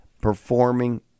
performing